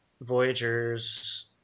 Voyagers